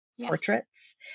portraits